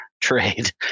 trade